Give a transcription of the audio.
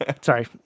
Sorry